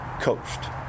coached